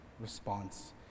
response